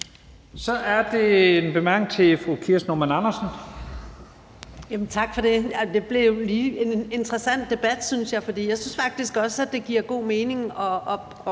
Normann Andersen. Kl. 11:48 Kirsten Normann Andersen (SF): Tak for det. Det blev lige en interessant debat, synes jeg, for jeg synes faktisk også, det giver god mening at